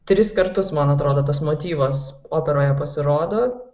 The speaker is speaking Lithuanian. tris kartus man atrodo tas motyvas operoje pasirodo